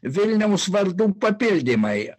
vilniaus vardų papildymai